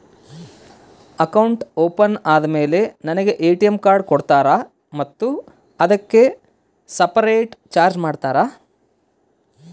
Account open ಆದಮೇಲೆ ನನಗೆ ATM card ಕೊಡ್ತೇರಾ ಮತ್ತು ಅದಕ್ಕೆ ಸಪರೇಟ್ ಚಾರ್ಜ್ ಮಾಡ್ತೇರಾ?